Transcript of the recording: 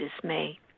dismay